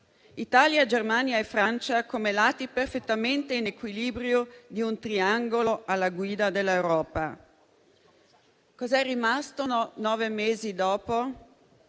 Italia, Germania e Francia come lati perfettamente in equilibrio di un triangolo alla guida dell'Europa. Cos'è rimasto nove mesi dopo?